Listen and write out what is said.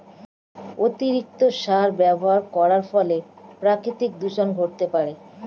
অতিরিক্ত সার ব্যবহার করার ফলেও প্রাকৃতিক দূষন ঘটতে পারে